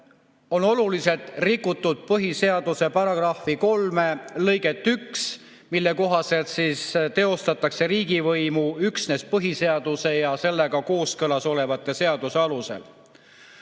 on oluliselt rikutud põhiseaduse § 3 lõiget 1, mille kohaselt teostatakse riigivõimu üksnes põhiseaduse ja sellega kooskõlas olevate seaduste